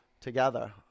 together